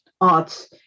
arts